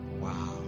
Wow